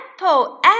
Apple